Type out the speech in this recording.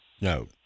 No